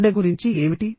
గుండె గురించి ఏమిటి